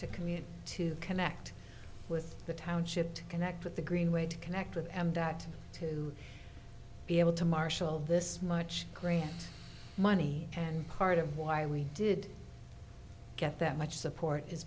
to commute to connect with the township to connect with the greenway to connect with and to be able to marshal this much grant money and part of why we did get that much support is